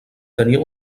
tenia